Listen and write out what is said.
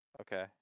Okay